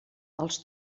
els